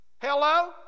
Hello